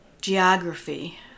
geography